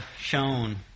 shown